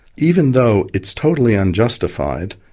even though it's totally unjustified,